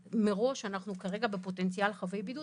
מראש אנחנו כרגע בפוטנציאל של חייבי בידוד